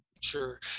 sure